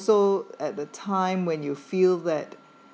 at the time when you feel that